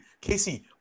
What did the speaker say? Casey